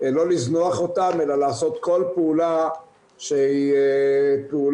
לא לזנוח אותם אלא לעשות כל פעולה שהיא פעולה